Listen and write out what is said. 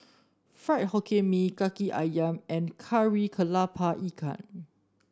Fried Hokkien Mee kaki ayam and Kari kepala Ikan